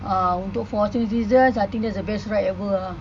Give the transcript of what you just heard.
uh untuk for I think that is the best ride ever ah